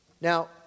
Now